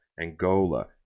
Angola